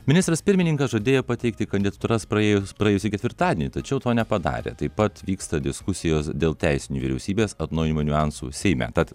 ministras pirmininkas žadėjo pateikti kandidatūras praėjus praėjusį ketvirtadienį tačiau to nepadarė taip pat vyksta diskusijos dėl teisinių vyriausybės atnaujinimo niuansų seime tad